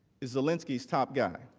zelensky's top guy.